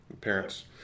Parents